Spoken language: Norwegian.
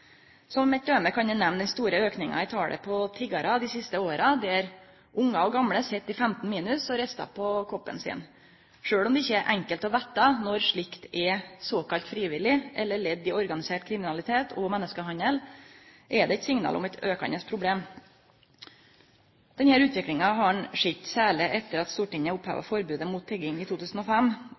Som eit døme kan eg nemne den store aukinga i talet på tiggarar dei siste åra, der unge og gamle sit i 15 minusgrader og ristar på koppen sin. Sjølv om det ikkje er enkelt å vite når slikt er såkalla frivillig eller ledd i organisert kriminalitet og menneskehandel, er det eit signal om eit aukande problem. Denne utviklinga har ein sett særleg etter at Stortinget oppheva forbodet mot tigging i 2005.